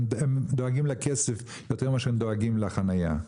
הם דואגים לכסף יותר מאשר הם דואגים לחניה.